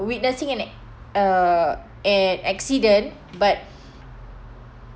witnessing an acc~ uh an accident but